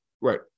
right